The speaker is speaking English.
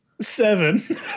seven